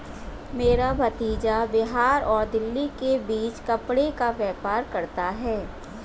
मेरा भतीजा बिहार और दिल्ली के बीच कपड़े का व्यापार करता है